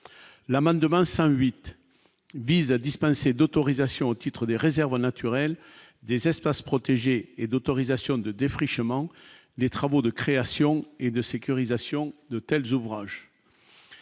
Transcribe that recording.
manne demain 108 visas dispensés d'autorisation au titre des réserves naturelles des espaces protégés et d'autorisation de défrichement des travaux de création et de sécurisation de tels ouvrages.